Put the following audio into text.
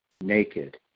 naked